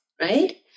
right